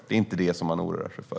Det är inte det de oroar sig för.